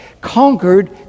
conquered